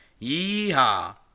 yeehaw